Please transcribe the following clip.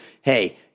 hey